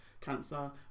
cancer